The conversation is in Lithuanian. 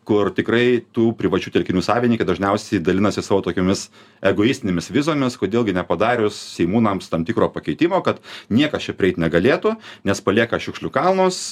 kur tikrai tų privačių telkinių savinykai dažniausiai dalinasi savo tokiomis egoistinėmis vizomis kodėl gi nepadarius seimūnams tam tikro pakeitimo kad niekas čia prieit negalėtų nes palieka šiukšlių kalnus